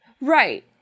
Right